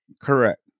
Correct